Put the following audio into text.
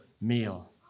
Meal